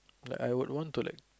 like I would want to like